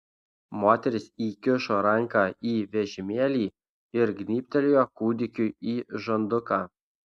moteris įkišo ranką į vežimėlį ir gnybtelėjo kūdikiui į žanduką